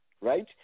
right